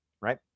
Right